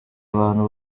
abantu